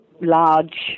large